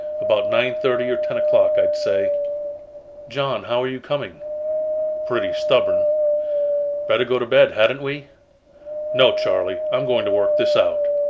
about nine-thirty or ten o'clock, i'd say john, how are you coming pretty stubborn better go to bed, hadn't we no, charley, i'm going to work this out